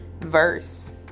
verse